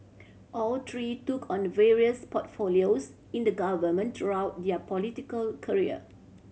all three took on various portfolios in the government throughout their political career